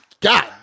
God